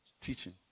teaching